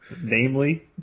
Namely